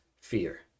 fear